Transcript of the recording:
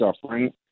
suffering